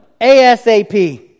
A-S-A-P